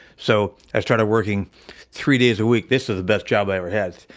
so, i started working three days a week. this was the best job i ever had,